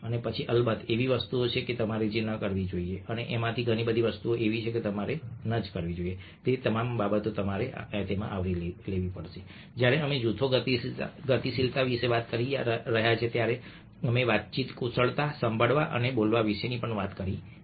અને પછી અલબત્ત એવી વસ્તુઓ છે જે તમારે ન કરવી જોઈએ અને આમાંની ઘણી વસ્તુઓ છે જે તમારે ન કરવી જોઈએ તે બાબતો અમે આવરી લીધી છે જ્યારે અમે જૂથ ગતિશીલતા વિશે વાત કરી છે જ્યારે અમે વાતચીત કુશળતા સાંભળવા અને બોલવા વિશે વાત કરી છે